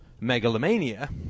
megalomania